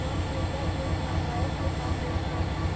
मनरेगा योजना बायास्ले काम देस का?